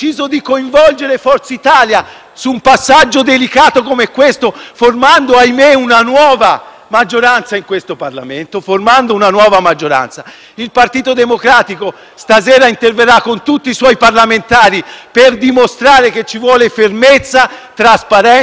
maggioranza in Parlamento. Il Partito Democratico stasera interverrà con tutti i suoi parlamentari per dimostrare che ci vuole fermezza, trasparenza e chiarezza nei confronti del Paese. Il Governo ha il diritto